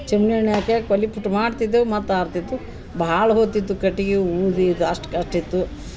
ಚಿಮ್ಣಿ ಎಣ್ಣೆ ಆಕಿ ಆಕಿ ಒಲೆ ಪಿಟ್ ಮಾಡ್ತಿದ್ದೆವೆ ಮತ್ತೆ ಆರ್ತಿತ್ತು ಭಾಳ ಹೊತಿತ್ತು ಕಟಿಗಿ ಊದಿದ ಅಷ್ಟು ಕಷ್ಟಿತ್ತು